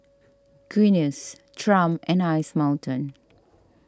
Guinness Triumph and Ice Mountain